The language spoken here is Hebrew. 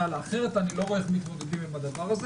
אחרת אני לא רואה איך מתמודדים עם הדבר הזה.